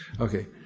Okay